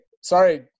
sorry